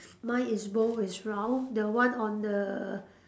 mine is ball is round the one on the